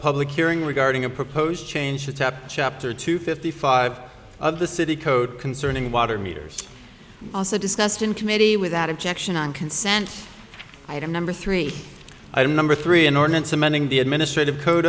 public hearing regarding a proposed change to tap chapter two fifty five of the city code concerning water meters also discussed in committee without objection on consent item number three i am number three an ordinance amending the administrative code